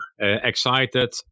excited